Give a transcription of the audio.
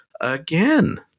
Again